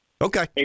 Okay